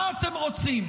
מה אתם רוצים?